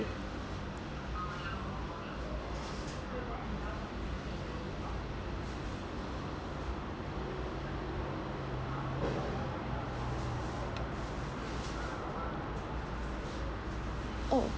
oh